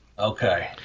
Okay